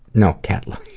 no, catla.